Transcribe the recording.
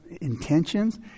intentions